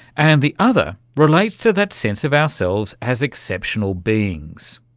and the other relates to that sense of ourselves as exceptional beings.